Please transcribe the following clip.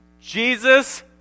Jesus